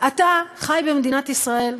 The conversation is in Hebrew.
אתה חי במדינת ישראל.